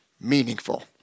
meaningful